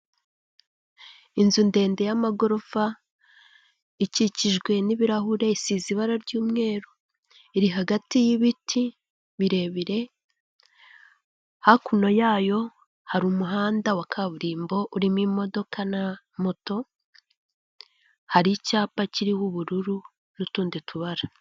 Inzu ndende y'amagorofa ikikijwe n'ibirahure isize ibara ry'umweru iri hagati y'ibiti birebire hakuno yayo hari umuhanda wa kaburimbo urimo imodoka na moto hari icyapa kiriho ubururu n'utundi tubara.